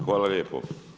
Hvala lijepo.